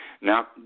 Now